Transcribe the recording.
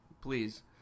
please